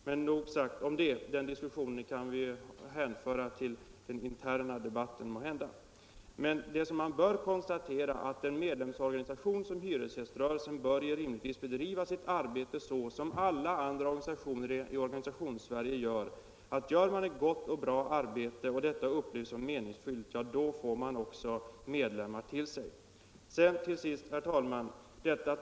Men nog sagt om det; den frågan kan vi måhända hänföra till den interna debatten. Vad man bör konstatera är emellertid att en medlemsorganisation som hyresgäströrelsen rimligen skall bedriva sitt arbete på samma sätt som alla andra organisationer i Organisationssverige. Gör man ett gott och bra arbete och detta upplevs som meningsfyllt, då får man också medlemmar till sig. Herr talman!